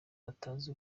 batazi